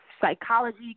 psychology